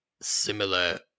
similar